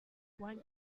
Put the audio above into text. one